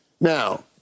Now